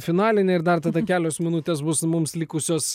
finalinę ir dar tada kelios minutės bus mums likusios